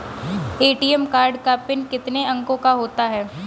ATM card का pin कितने अंकों का होता है?